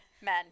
men